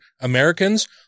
Americans –